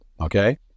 okay